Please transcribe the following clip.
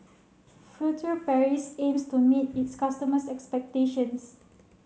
Furtere Paris aims to meet its customers expectations